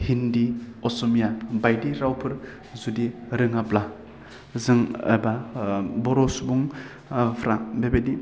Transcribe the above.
हिन्दी असमिया बायदि रावफोर जुदि रोङाब्ला जों एबा बर' सुबुुं फ्रा बेबायदि